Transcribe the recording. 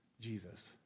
Jesus